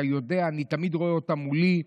אתה יודע, אני תמיד רואה אותם מולי.